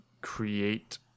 create